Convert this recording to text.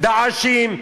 "דאעשים",